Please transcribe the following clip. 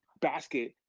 basket